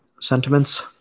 sentiments